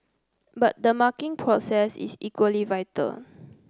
but the marking process is equally vital